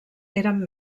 eren